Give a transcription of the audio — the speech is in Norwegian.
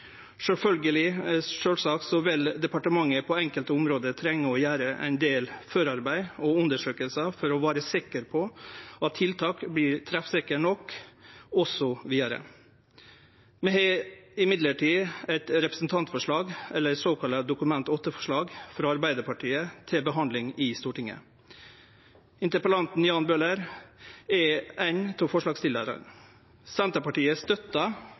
Sjølvsagt vil departementet på enkelte område trenge å gjere ein del forarbeid og undersøkingar for å vere sikker på at tiltaka vert treffsikre nok osv. Vi har ikkje desto mindre eit representantforslag, eit såkalla Dokument 8-forslag, frå Arbeidarpartiet til behandling i Stortinget. Interpellanten Jan Bøhler er ein av forslagsstillarane. Senterpartiet støttar